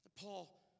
Paul